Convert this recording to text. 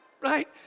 Right